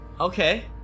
Okay